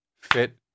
fit